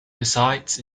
besides